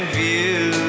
view